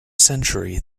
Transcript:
century